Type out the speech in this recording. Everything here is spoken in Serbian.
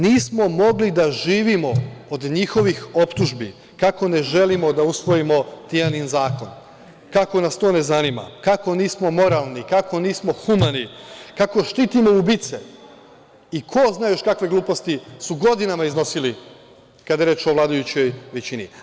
Nismo mogli da živimo od njihovih optužbi kako ne želimo da usvojimo „Tijanin zakon“, kako nas to ne zanima, kako nismo moralni, kako nismo humani, kako štitimo ubice i ko zna još kakve gluposti su godinama iznosili, kada je reč o vladajućoj većini.